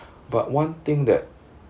but one thing that